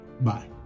Bye